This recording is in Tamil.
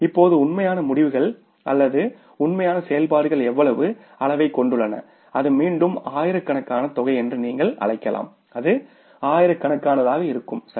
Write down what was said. இப்போது உண்மையான முடிவுகள் அல்லது உண்மையான செயல்பாடுகள் எவ்வளவு அளவைக் கொண்டுள்ளன அது மீண்டும் ஆயிரக்கணக்கான தொகை என்று நீங்கள் அழைக்கலாம் அது ஆயிரக்கணக்கானதாக இருக்கும் சரி